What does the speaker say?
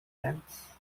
plans